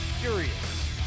curious